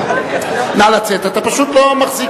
נא לצאת, אתה פשוט לא מחזיק